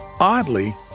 Oddly